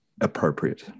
appropriate